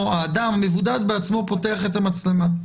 המבודד בעצמו פותח את המצלמה.